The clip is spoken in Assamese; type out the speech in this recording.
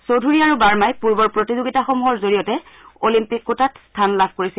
চৌধুৰী আৰু বাৰ্মাই পূৰ্বৰ প্ৰতিযোগিতাসমূহৰ জৰিয়তে অলিম্পিক কোটাত স্থান লাভ কৰিছিল